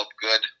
good